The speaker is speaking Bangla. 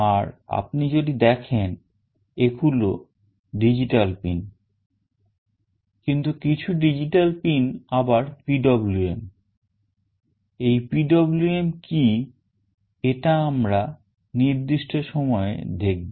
আর আপনি যদি দেখেন এগুলো digital pin কিন্তু কিছু digital pin আবার PWM এই PWM কি এটা আমরা নির্দিষ্ট সময়ে দেখব